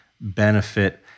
benefit